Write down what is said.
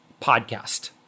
podcast